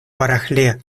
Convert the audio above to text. барахле